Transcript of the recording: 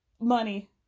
money